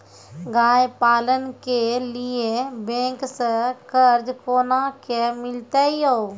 गाय पालन के लिए बैंक से कर्ज कोना के मिलते यो?